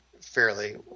fairly